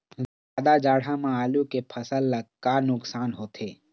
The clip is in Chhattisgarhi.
जादा जाड़ा म आलू के फसल ला का नुकसान होथे?